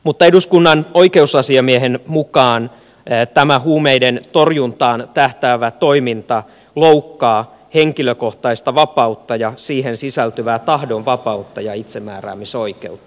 mutta eduskunnan oikeusasiamiehen mukaan tämä huumeiden torjuntaan tähtäävä toiminta loukkaa henkilökohtaista vapautta ja siihen sisältyvää tahdonvapautta ja itsemääräämisoikeutta